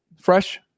Fresh